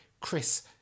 Chris